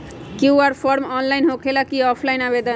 QR form online होकेला कि offline आवेदन?